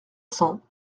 cents